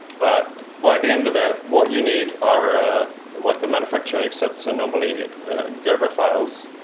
but by the end of it, what you need are what the manufacturer accepts are normally gerber files.